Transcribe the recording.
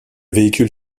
véhicule